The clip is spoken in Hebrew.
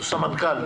הוא סמנכ"ל.